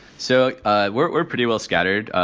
so ah we're we're pretty well scattered.